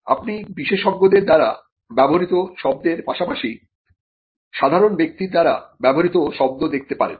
আপনি বিশেষজ্ঞদের দ্বারা ব্যবহৃত শব্দের পাশাপাশি সাধারণ ব্যক্তির দ্বারা ব্যবহৃত শব্দ দেখতে পারেন